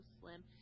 slim